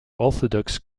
orthodox